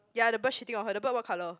ya the bird shitting on her the bird what colour